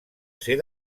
ser